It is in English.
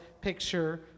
picture